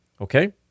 Okay